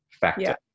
factor